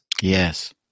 Yes